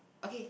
okay